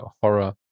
horror